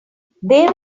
they